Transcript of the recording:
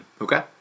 Okay